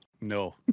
No